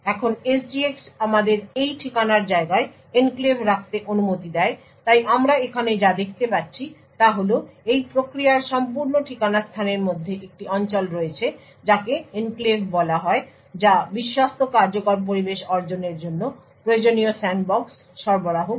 এখন SGX আমাদের এই ঠিকানার জায়গায় এনক্লেভ রাখতে অনুমতি দেয় তাই আমরা এখানে যা দেখতে পাচ্ছি তা হল এই প্রক্রিয়ার সম্পূর্ণ ঠিকানা স্থানের মধ্যে একটি অঞ্চল রয়েছে যাকে এনক্লেভ বলা হয় যা বিশ্বস্ত কার্যকর পরিবেশ অর্জনের জন্য প্রয়োজনীয় স্যান্ডবক্স সরবরাহ করে